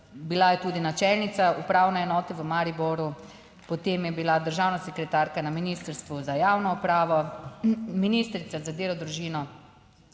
bila je tudi načelnica upravne enote v Mariboru, potem je bila državna sekretarka na Ministrstvu za javno upravo, Ministrica za delo, družino,